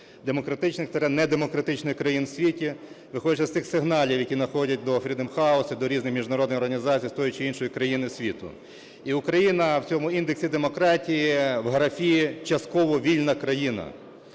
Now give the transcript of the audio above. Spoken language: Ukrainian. демократичних – недемократичних країн в світі, виходячи з тих сигналів, які надходять до Freedom House і до різних міжнародних організацій з тої чи іншої країни світу. І Україна в цьому індексі демократії в графі "частково вільна країна,